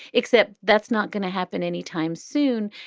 except that's not gonna happen anytime soon.